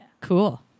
Cool